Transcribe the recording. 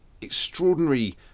extraordinary